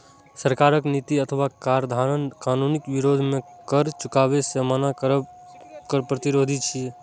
सरकारक नीति अथवा कराधान कानूनक विरोध मे कर चुकाबै सं मना करब कर प्रतिरोध छियै